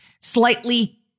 slightly